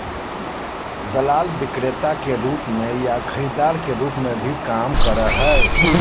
दलाल विक्रेता के रूप में या खरीदार के रूप में भी काम करो हइ